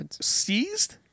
seized